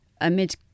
Amid